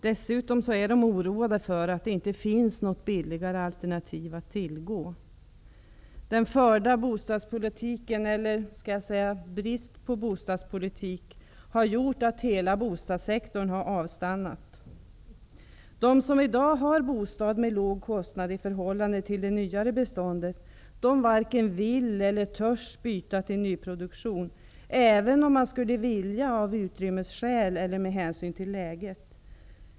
Dessutom är de oroade för att det inte finns något billigare alternativ att tillgå. Den förda bostadspolitiken, eller bristen på bostadspolitik, har gjort att hela bostadssektorn har avstannat. De som i dag har en bostad med låg kostnad i förhållande till det nyare beståndet varken vill eller törs byta till en bostad i det nyare beståndet, även om de skulle vilja av utrymmesskäl eller med hänsyn till läget.